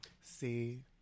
See